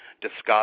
discussed